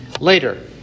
later